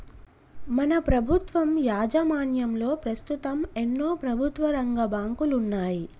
మన ప్రభుత్వం యాజమాన్యంలో పస్తుతం ఎన్నో ప్రభుత్వరంగ బాంకులున్నాయి